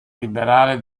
liberale